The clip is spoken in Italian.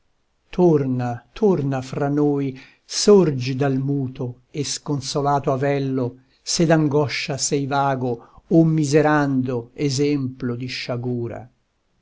torna torna fra noi sorgi dal muto e sconsolato avello se d'angoscia sei vago o miserando esemplo di sciagura